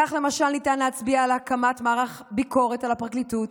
כך למשל ניתן להצביע על הקמת מערך ביקורת על הפרקליטות,